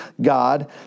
God